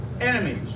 Enemies